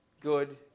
good